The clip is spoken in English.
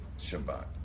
Shabbat